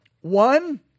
one